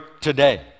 today